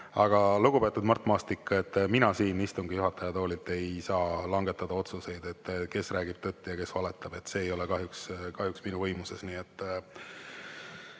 Aga lugupeetud Mart Maastik, mina siin istungi juhataja toolilt ei saa langetada otsuseid, kes räägib tõtt ja kes valetab, see ei ole kahjuks minu võimuses. Selles